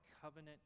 covenant